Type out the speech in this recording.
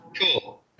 cool